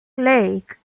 lake